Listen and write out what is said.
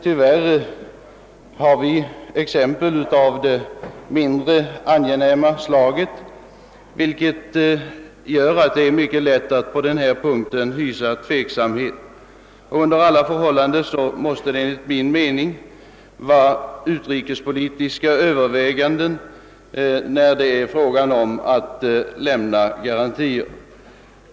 Tyvärr har vi emellertid exempel av det mindre angenäma slaget, vilket gör att det är mycket lätt att hysa tveksamhet på denna punkt. Under alla förhållanden måste det enligt min mening vara utrikespolitiska överväganden vid garantiers lämnande.